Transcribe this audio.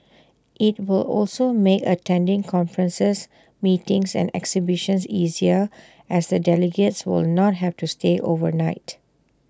IT will also make attending conferences meetings and exhibitions easier as A delegates will not have to stay overnight